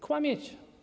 Kłamiecie.